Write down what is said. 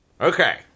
Okay